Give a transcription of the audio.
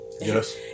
Yes